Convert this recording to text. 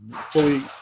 fully